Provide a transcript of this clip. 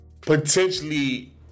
potentially